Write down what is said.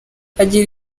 agira